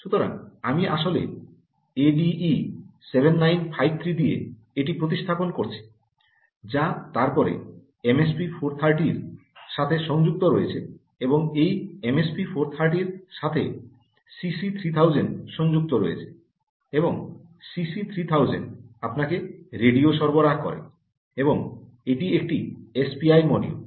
সুতরাং আমি আসলে এডিই 7953 দিয়ে এটি প্রতিস্থাপন করছি যা তারপর এমএসপি 430 সাথে সংযুক্ত রয়েছে এবং এই এমএসপি 430 এর সাথে সিসি 3000 সংযুক্ত রয়েছে এবং সিসি 3000 আপনাকে রেডিও সরবরাহ করে এবং এটি একটি এসপিআই মডিউল